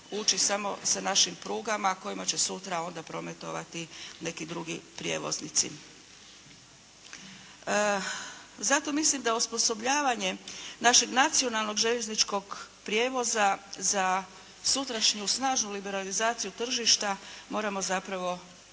ući samo sa našim prugama kojima će sutra onda prometovati neki drugi prijevoznici. Zato mislim da osposobljavanje našeg nacionalnog željezničkog prijevoza za sutrašnju snažnu liberalizaciju tržišta moramo zapravo više